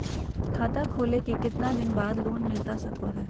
खाता खोले के कितना दिन बाद लोन मिलता सको है?